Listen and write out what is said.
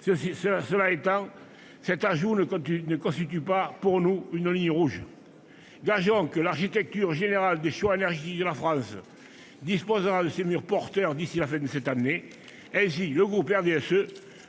Cela étant, cet ajout ne constitue pas une ligne rouge pour notre groupe. Gageons que l'architecture générale des choix énergétiques de la France disposera de ses murs porteurs d'ici à la fin de cette année. Ainsi, le groupe RDSE